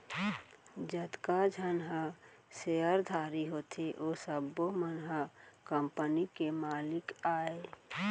जतका झन ह सेयरधारी होथे ओ सब्बो मन ह कंपनी के मालिक अय